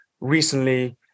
recently